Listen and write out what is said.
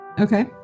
okay